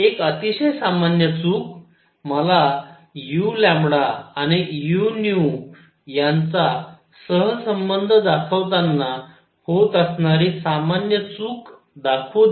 एक अतिशय सामान्य चूक मला uआणि u यांचा सहसंबंध दाखवताना होत असणारी सामान्य चूक दाखवू द्या